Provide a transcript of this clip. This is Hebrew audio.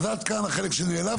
אז עדי כאן החלק שנעלבתי,